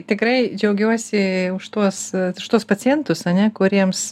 tikrai džiaugiuosi už tuos už tuos pacientus ane kuriems